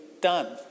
done